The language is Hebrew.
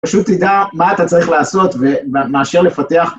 פשוט תדע מה אתה צריך לעשות ומאשר לפתח.